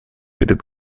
перед